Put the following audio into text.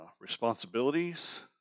responsibilities